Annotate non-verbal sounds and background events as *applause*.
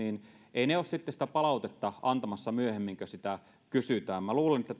eivät ole sitten sitä palautetta antamassa myöhemmin kun sitä kysytään minä luulen että *unintelligible*